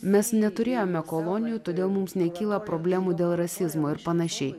mes neturėjome kolonijų todėl mums nekyla problemų dėl rasizmo ir panašiai